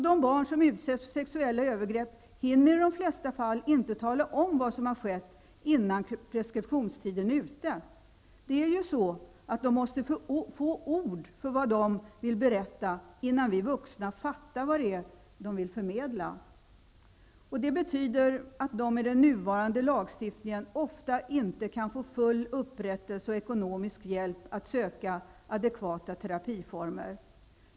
De barn som utsätts för sexuella övergrepp hinner i de flesta fallen inte tala om vad som har skett, innan preskriptionstiden är ute. De måste få ord för vad de vill berätta, innan vi vuxna begriper vad de vill förmedla. Det betyder att de med den nuvarande lagstiftningen ofta inte kan få full upprättelse och ekonomisk hjälp att söka adekvata terapiformer.